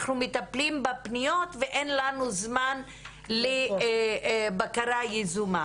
אנחנו מטפלים בפניות ואין לנו זמן לבקרה יזומה,